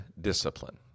discipline